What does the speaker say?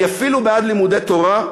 אני אפילו בעד לימודי תורה,